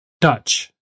Dutch